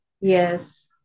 Yes